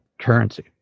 currency